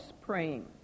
praying